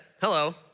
hello